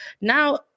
Now